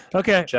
okay